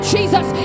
Jesus